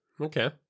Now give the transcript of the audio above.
okay